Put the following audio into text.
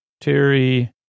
Terry